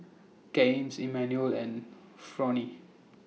Gaines Emanuel and Fronie